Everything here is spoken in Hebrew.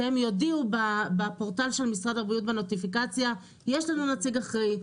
שהם יודיעו בפורטל של משרד הבריאות בנוטיפיקציה: יש לנו נציג אחראי,